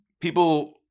People